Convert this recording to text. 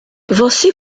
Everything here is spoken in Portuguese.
você